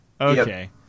okay